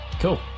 Cool